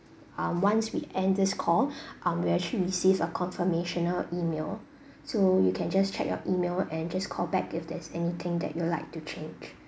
um once we end this call um you'll actually receive a confirmational email so you can just check your email and just call back if there's anything that you would like to change